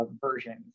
versions